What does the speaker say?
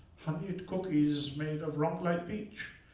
honied cookies made of rongalite bleach,